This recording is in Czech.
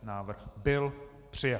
Návrh byl přijat.